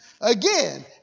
Again